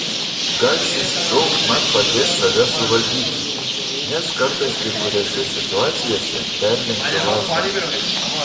gal šis šou man padės save suvaldyti nes kartais kai kuriose situacijose perlenkiu lazdą